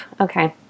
okay